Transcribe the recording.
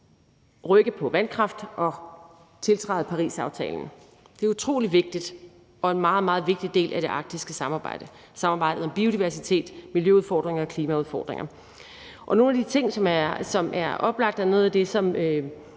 rykke på vandkraft og tiltræde Parisaftalen. Det er utrolig vigtigt og en meget, meget vigtig del af det arktiske samarbejde og samarbejdet om biodiversitet, miljøudfordringer og klimaudfordringer, og nogle af de ting, som er oplagte og noget af det, som